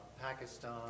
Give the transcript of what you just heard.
Pakistan